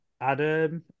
Adam